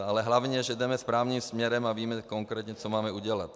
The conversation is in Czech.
Ale hlavně že jdeme správným směrem a víme konkrétně, co máme udělat.